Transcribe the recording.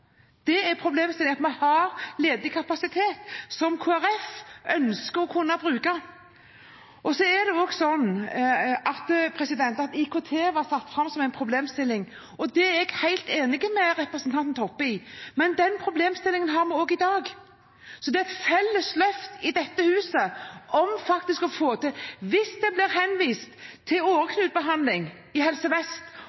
som en problemstilling. Det er jeg helt enig med representanten Toppe i, men den problemstillingen har vi også i dag. Så det er et felles løft i dette huset for faktisk å få det til. Hvis det blir henvist til åreknutebehandling i Helse Vest,